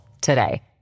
today